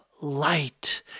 light